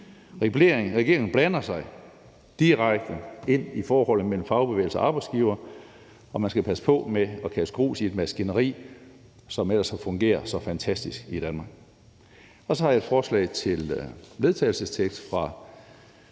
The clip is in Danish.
Regeringen blander sig direkte i forholdet mellem fagbevægelsen og arbejdsgiverne, og man skal passe på med at kaste grus i et maskineri, som ellers fungerer så fantastisk i Danmark. Så har jeg et forslag til vedtagelse fra